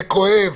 זה כואב,